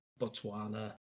Botswana